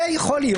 זה יכול להיות.